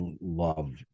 love